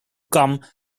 come